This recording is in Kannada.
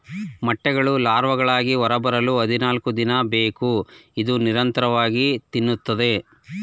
ಮೊಟ್ಟೆಗಳು ಲಾರ್ವಾಗಳಾಗಿ ಹೊರಬರಲು ಹದಿನಾಲ್ಕುದಿನ ಬೇಕು ಇದು ನಿರಂತರವಾಗಿ ತಿನ್ನುತ್ತದೆ